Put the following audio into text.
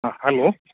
ആ ഹലോ